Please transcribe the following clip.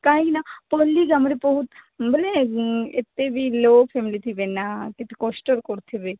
କାହିଁକି ନାଁ ପଲ୍ଲି ଗ୍ରାମରେ ବହୁତ ବୋଲେ ଏତେ ବି ଲୋ ଫେମିଲି ଥିବେ ନା କେତେ କଷ୍ଟରେ କରୁଥିବେ